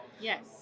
Yes